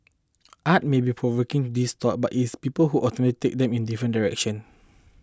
art may be provoking these thoughts but it is people who ultimately take them in different direction